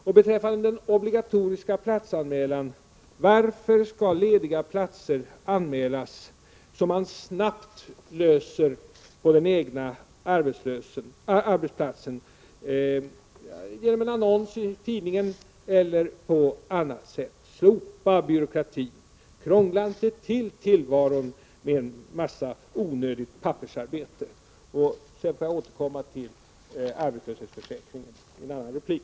Och beträffande den obligatoriska platsanmälan: Varför skall man anmäla lediga platser som man snabbt kan tillsätta genom annonsering i tidningen eller på annat sätt? Slopa byråkratin! Krångla inte till tillvaron med en massa onödigt pappersarbete! Jag får återkomma till arbetslöshetsförsäkringen i en annan replik.